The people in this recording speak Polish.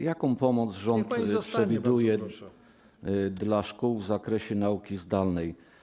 Jaką pomoc rząd przewiduje dla szkół w zakresie nauki zdalnej?